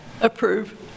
Approve